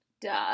duh